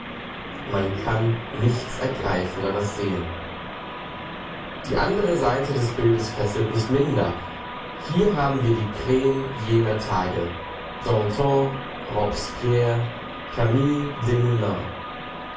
man kann nichts ergreifenderes sehen die andere seite des bildes fesselt nicht minder hier haben wir die creme jener tage danton